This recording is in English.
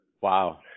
Wow